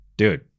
Dude